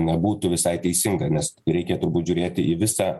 nebūtų visai teisinga nes reikėtų būt žiūrėti į visą